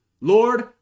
Lord